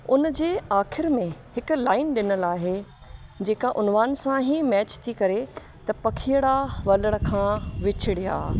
उन जे आख़िर में हिकु लाइन ॾिनियलु आहे जेका उनवान सां ई मैच थी करे त पखिअड़ा वलर खां विछिड़िया